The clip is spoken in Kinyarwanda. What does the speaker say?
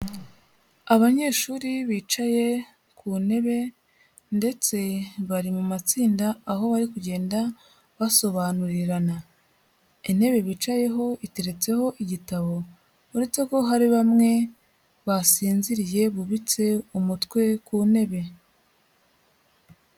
Abanyeshuri bicaye ku ntebe ndetse bari mu matsinda, aho bari kugenda basobanurirana, intebe bicayeho iteretseho igitabo uretse ko hari bamwe basinziriye bubitse umutwe ku ntebe.